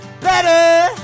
better